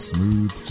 Smooth